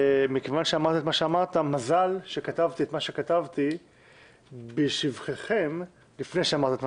מכיוון שאמרת את מה שאמרת, מזל שכתבתי את מה